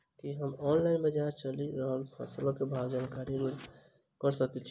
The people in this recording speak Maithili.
की हम ऑनलाइन, बजार मे चलि रहल फसलक भाव केँ जानकारी रोज प्राप्त कऽ सकैत छी?